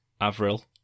Avril